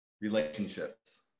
relationships